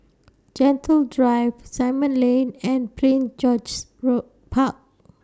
Gentle Drive Simon Lane and Prince George's Road Park